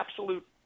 absolute